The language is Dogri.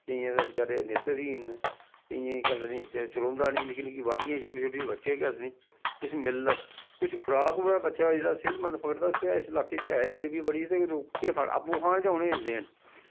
केइयें दे बचारे नेत्तर हीन न केइयें गी केह् आखदे नी चलोंदा निं निक्की निक्की बाडियां छोटे छोटे बच्चे केह् आखदे नी किश मिलदा कुछ खराक होऐ बच्चा जेह्ड़ा सेह्तमंद फगड़दा इस लाके च है गै गरीबी बड़ी ते ओह् लोक केह् खान आपू खान जां उ'नें गी देन